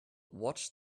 watch